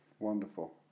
Wonderful